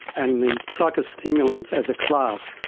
and the psychostimulants as a class,